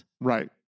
Right